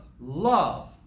love